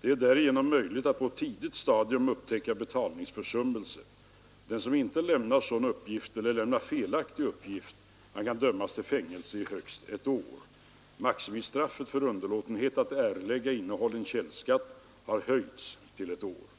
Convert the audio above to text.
Det är därigenom möjligt att på ett tidigt stadium upptäcka betalningsförsummelse. Den som inte lämnar sådan uppgift eller lämnar felaktig uppgift kan dömas till fängelse i högst ett år. Maximistraffet för underlåtenhet att erlägga innehållen källskatt har höjts till ett år.